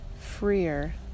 freer